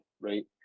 right